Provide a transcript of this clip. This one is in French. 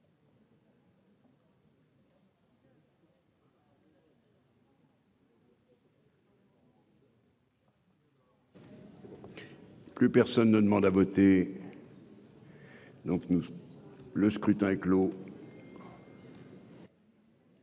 Plus personne ne demande à voter. Donc, nous, le scrutin est clos.